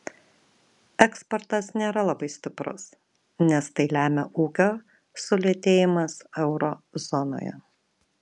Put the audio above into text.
eksportas nėra labai stiprus nes tai lemia ūkio sulėtėjimas euro zonoje